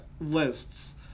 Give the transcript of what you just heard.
lists